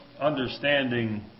understanding